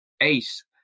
ace